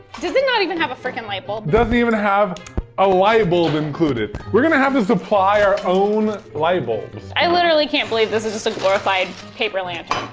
does it not even have a frickin' light bulb? doesn't even have a light bulb included. we're gonna have to supply our own light bulb. katelyn i literally can't believe this is just a glorified paper lantern.